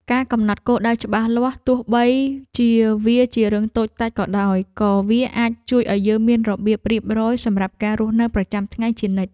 ការកំណត់គោលដៅច្បាស់លាស់ទោះបីជាវាជារឿងតូចតាចក៏ដោយក៏វាអាចជួយឱ្យយើងមានរបៀបរៀបរយសម្រាប់ការរស់នៅប្រចាំថ្ងៃជានិច្ច។